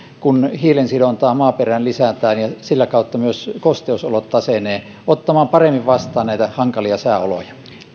kun hiilen sidontaa maaperään lisätään ja sitä kautta myös kosteusolot tasenevat ottamaan paremmin vastaan näitä hankalia sääoloja